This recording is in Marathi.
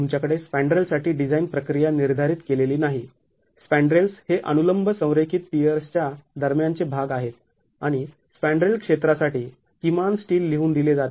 तुमच्याकडे स्पॅंन्ड्रेल्ससाठी डिझाईन प्रक्रिया निर्धारित केलेली नाही स्पॅंन्ड्रेल्स हे अनुलंब संरेखित पीयर्सच्या दरम्यानचे भाग आहेत आणि स्पॅंन्ड्रेल क्षेत्रासाठी किमान स्टील लिहून दिले जाते